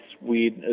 weird